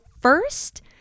first